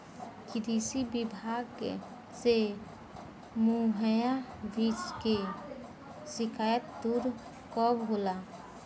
कृषि विभाग से मुहैया बीज के शिकायत दुर कब होला?